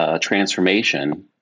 Transformation